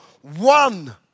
one